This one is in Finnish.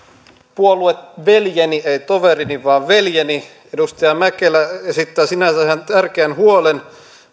puolueveljeni ei toverini vaan veljeni edustaja mäkelä esittää sinänsä ihan tärkeän huolen